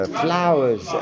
flowers